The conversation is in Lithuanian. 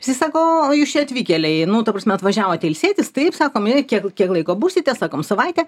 jisai sako o jūs čia atvykėliai nu ta prasme atvažiavote ilsėtis taip sakom jie kiek kiek laiko būsite sakom savaitę